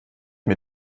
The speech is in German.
mir